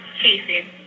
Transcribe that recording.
Casey